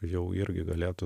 jau irgi galėtų